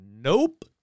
Nope